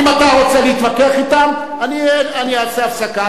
אם אתה רוצה להתווכח אתם אני אעשה הפסקה,